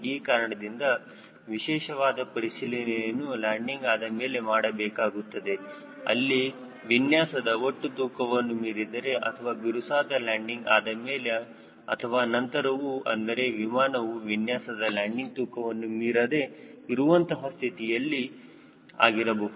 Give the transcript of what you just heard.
ಈ ಕಾರಣದಿಂದ ವಿಶೇಷವಾದ ಪರಿಶೀಲನೆಯನ್ನು ಲ್ಯಾಂಡಿಂಗ್ ಆದಮೇಲೆ ಮಾಡಬೇಕಾಗುತ್ತದೆ ಅಲ್ಲಿ ವಿನ್ಯಾಸದ ಒಟ್ಟು ತೂಕವನ್ನು ಮೀರಿದರೆ ಅಥವಾ ಬಿರುಸಾದ ಲ್ಯಾಂಡಿಂಗ್ ಆದಮೇಲೆ ಅಥವಾ ನಂತರವೂ ಅಂದರೆ ವಿಮಾನವು ವಿನ್ಯಾಸದ ಲ್ಯಾಂಡಿಂಗ್ ತೂಕವನ್ನು ಮೀರದೆ ಇರುವಂತಹ ಸ್ಥಿತಿಯಲ್ಲಿ ಆಗಿರಬಹುದು